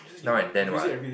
now and then what